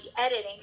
editing